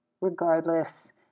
Regardless